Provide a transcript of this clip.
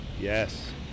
yes